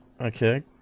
okay